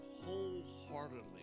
wholeheartedly